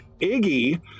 Iggy